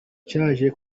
cyaje